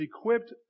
equipped